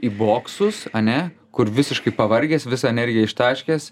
į boksus ane kur visiškai pavargęs visą energiją ištaškęs